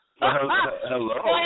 Hello